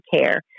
care